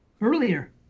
Earlier